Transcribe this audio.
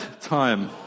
time